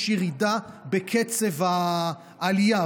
יש ירידה בקצב העלייה,